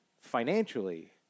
financially